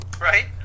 Right